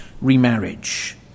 remarriage